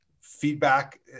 feedback